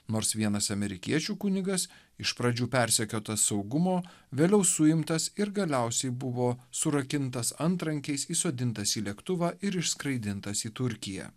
nors vienas amerikiečių kunigas iš pradžių persekiotas saugumo vėliau suimtas ir galiausiai buvo surakintas antrankiais įsodintas į lėktuvą ir išskraidintas į turkiją